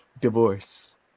Divorce